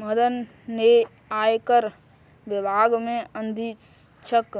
मदन ने आयकर विभाग में अधीक्षक